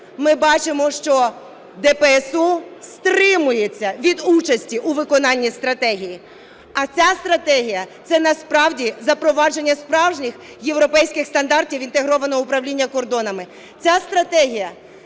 ми бачимо, що ДПСУ стримується від участі у виконанні стратегії. А ця стратегія – це насправді запровадження справжніх європейських стандартів інтегрованого управління кордонами.